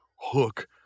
hook